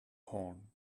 horn